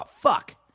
fuck